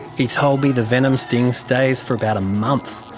he told me the venom sting stays for about a month,